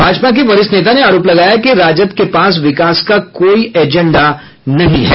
भाजपा के वरिष्ठ नेता ने आरोप लगाया कि राजद के पास विकास का कोई एजेंडा नहीं है